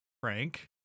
Frank